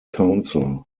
counsel